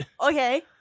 okay